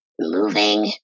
moving